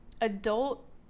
adult